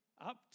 up